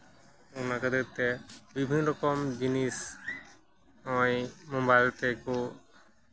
ᱚᱱᱟ ᱠᱷᱟᱹᱛᱤᱨ ᱛᱮ ᱵᱤᱵᱷᱤᱱᱚ ᱨᱚᱠᱚᱢ ᱡᱤᱱᱤᱥ ᱱᱚᱜᱼᱚᱸᱭ ᱢᱳᱵᱟᱭᱤᱞ ᱛᱮᱠᱚ